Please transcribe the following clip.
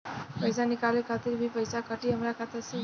पईसा निकाले खातिर भी पईसा कटी हमरा खाता से?